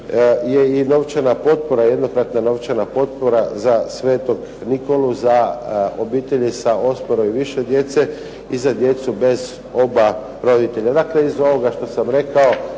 je i novčana potpora, jednokratna novčana potpora za svetog Nikolu za obitelji sa osmero i više djece, i za djecu bez oba roditelja. Dakle, iz ovoga što sam rekao